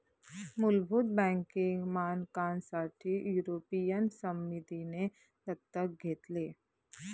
मुलभूत बँकिंग मानकांसाठी युरोपियन समितीने दत्तक घेतले